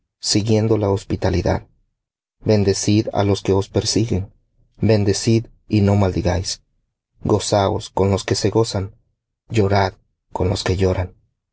hospitalidad bendecid á los que os persiguen bendecid y no maldigáis gozaos con los que se gozan llorad con los que lloran